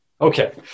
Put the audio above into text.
okay